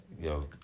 yo